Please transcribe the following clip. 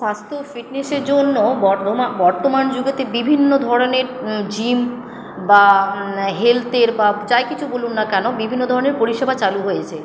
স্বাস্থ্য ও ফিটনেসের জন্য বর্তমান যুগেতে বিভিন্ন ধরনের জিম বা হেলথের বা যাই কিছু বলুন না কেনো বিভিন্ন ধরনের পরিষেবা চালু হয়েছে